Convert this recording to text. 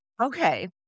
Okay